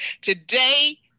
Today